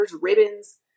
ribbons